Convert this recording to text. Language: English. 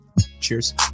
Cheers